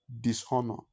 Dishonor